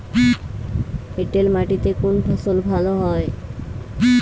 এঁটেল মাটিতে কোন ফসল ভালো হয়?